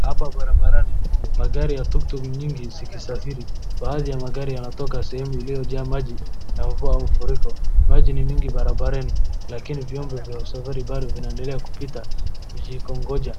Hapa barabarani magari ya tuk tuk ni nyingi zikisafiri, baadhi ya magari yanatoka sehemu iliyojaa maji ya mvua wa mafuriko, maji ni mingi barabarani lakini vyombo vya safari zinaendelea bado kupita zikiongoja